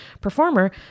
performer